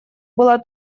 была